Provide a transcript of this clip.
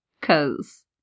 Cause